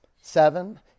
seven